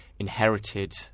inherited